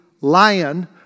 Lion